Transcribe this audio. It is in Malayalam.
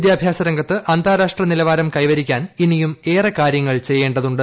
വിദ്യാഭ്യാസരംഗത്ത് അന്താരാഷ്ട്രനിലവാരം കൈവരിക്കാൻ ഇനിയും ഏറെ കാര്യങ്ങൾ ചെയ്യേണ്ടതുണ്ട്